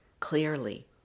Clearly